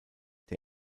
der